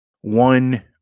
one